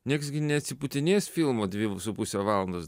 nieks gi neatsiputinės filmo dvi su puse valandos